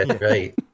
right